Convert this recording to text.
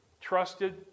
trusted